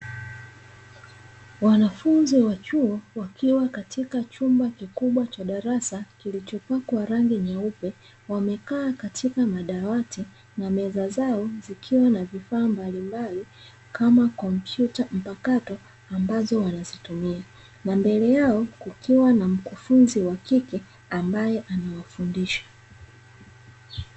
Wanafunzi wa chuo, wakiwa katika chumba kikubwa cha darasa kilichopakwa rangi nyeupe, wamekaa katika madawati na meza zao zikiwa na vifaa mbalimbali kama kompyuta, mpakato ambazo wanazitumia na mbele yao kukiwa na mkufunzi wa kike ambaye anawafundisha.